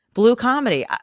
blue comedy.